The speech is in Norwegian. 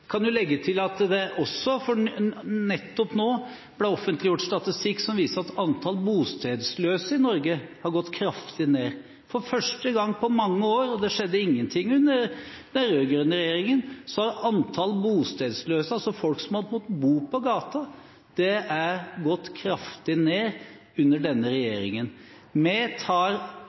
kan jo legge til at det nettopp nå ble offentliggjort statistikk som viser at antallet bostedsløse i Norge har gått kraftig ned, for første gang på mange år, og det skjedde ingenting under den rød-grønne regjeringen. Så antallet bostedsløse, altså folk som har måttet bo på gata, har gått kraftig ned under denne regjeringen. Vi tar